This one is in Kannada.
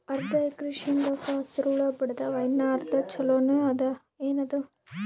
ಅರ್ಧ ಎಕರಿ ಶೇಂಗಾಕ ಹಸರ ಹುಳ ಬಡದಾವ, ಇನ್ನಾ ಅರ್ಧ ಛೊಲೋನೆ ಅದ, ಏನದು?